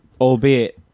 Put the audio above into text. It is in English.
albeit